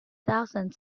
thousand